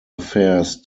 affairs